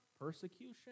persecution